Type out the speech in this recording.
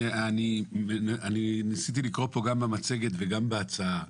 אני ניסיתי לקרוא פה גם במצגת וגם בהצעה,